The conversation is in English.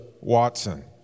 Watson